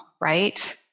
Right